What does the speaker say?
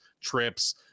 trips